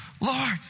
Lord